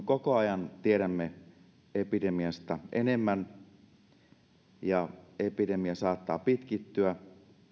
koko ajan tiedämme epidemiasta enemmän ja kun epidemia saattaa pitkittyä